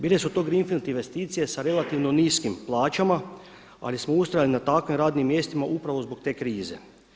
Bile su to grinfild investicije sa relativno niskim plaćama, ali smo ustrajali na takvim radnim mjestima upravo zbog te krize.